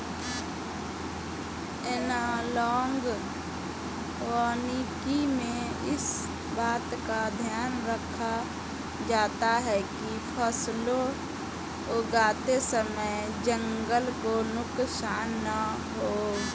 analogue वानिकी में इस बात का ध्यान रखा जाता है कि फसलें उगाते समय जंगल को नुकसान ना हो